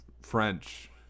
French